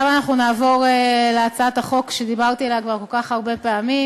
עכשיו אנחנו נעבור להצעת החוק שכבר דיברתי עליה כל כך הרבה פעמים,